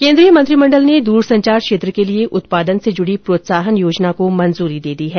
केन्द्रीय मंत्रिमंडल ने दूरसंचार क्षेत्र के लिए उत्पादन से जुड़ी प्रोत्साहन योजना को मंजूरी दे दी है